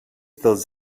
dels